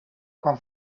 quan